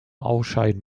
ausscheiden